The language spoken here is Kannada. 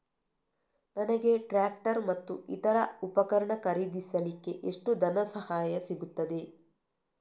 ನನಗೆ ಟ್ರ್ಯಾಕ್ಟರ್ ಮತ್ತು ಇತರ ಉಪಕರಣ ಖರೀದಿಸಲಿಕ್ಕೆ ಎಷ್ಟು ಧನಸಹಾಯ ಸಿಗುತ್ತದೆ?